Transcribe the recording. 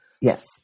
Yes